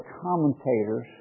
commentators